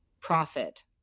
profit